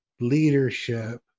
leadership